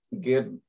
get